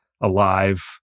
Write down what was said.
alive